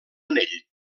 anell